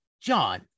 John